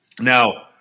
Now